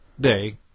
day